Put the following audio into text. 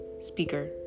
Speaker